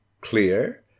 clear